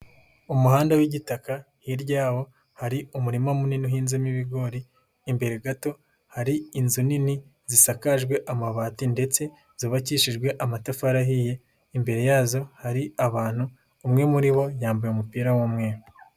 Umuhanda w'igitaka hirya yawo hari umurima munini uhinzemo ibigori imbere gato hari inzu nini zisakajwe amabati ndetse zubabakishijwe amatafari ahiye, imbere yazo hari abantu umwe muri bo yambaye umupira w'umweru.